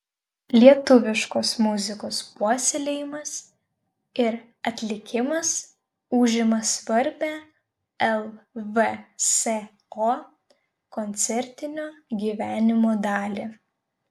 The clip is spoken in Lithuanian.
lietuviškos muzikos puoselėjimas ir atlikimas užima svarbią lvso koncertinio gyvenimo dalį